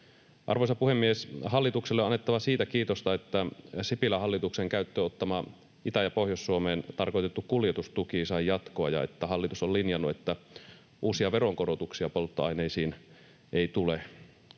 Arvoisa puhemies! Hallitukselle on annettava kiitosta siitä, että Sipilän hallituksen käyttöön ottama, Itä- ja Pohjois-Suomeen tarkoitettu kuljetustuki sai jatkoa ja että hallitus on linjannut, että uusia veronkorotuksia polttoaineisiin ei tule.